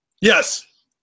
Yes